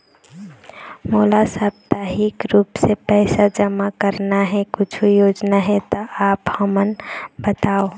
मोला साप्ताहिक रूप से पैसा जमा करना हे, कुछू योजना हे त आप हमन बताव?